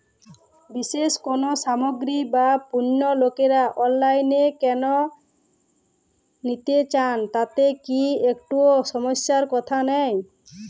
বিশেষ কোনো সামগ্রী বা পণ্য লোকেরা অনলাইনে কেন নিতে চান তাতে কি একটুও সমস্যার কথা নেই?